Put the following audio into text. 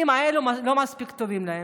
אם אלו לא מספיק טובים להם,